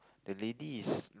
the lady is